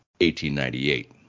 1898